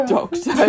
Doctor